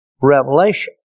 revelation